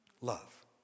love